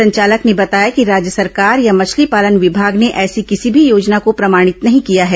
संचालक ने बताया कि राज्य सरकार या मछली पालन विभाग ने ऐसी किसी भी योजना को प्रमाणित नहीं किया है